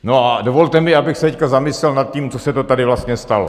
A dovolte mi, abych se teď zamyslel nad tím, co se tady vlastně stalo.